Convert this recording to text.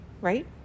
right